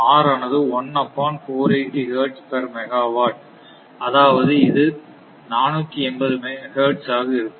R ஆனது 1 upon 480 hertz per megawatt அதாவது இது 480 ஹெர்ட்ஸ் ஆக இருக்கும்